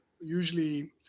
usually